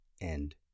end